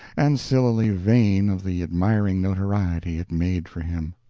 and sillily vain of the admiring notoriety it made for him.